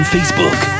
Facebook